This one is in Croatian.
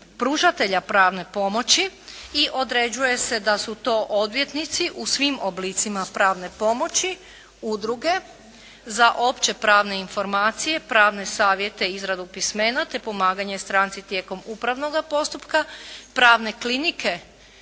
pravne pomoći i određuje se da su to odvjetnici u svim oblicima pravne pomoći, udruge za opće pravne informacije, pravne savjete i izradu pismena te pomaganje stranci tijekom upravnoga postupka, pravne klinike